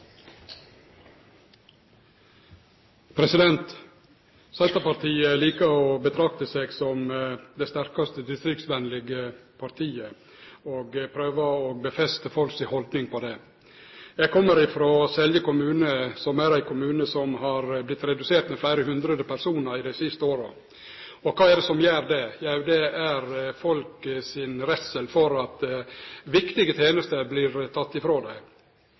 Senterpartiet likar å betrakte seg som det sterkaste distriktsvennlege partiet og prøver å grunnfeste folk si haldning på det. Eg kjem frå Selje kommune, som er ein kommune der folketalet har vorte redusert med fleire hundre personar i dei siste åra. Kva er det som gjer det? Jau, det er folk si redsle for at viktige tenester vert tekne frå dei.